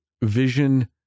Vision